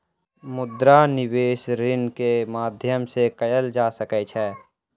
मुद्रा निवेश ऋण के माध्यम से कएल जा सकै छै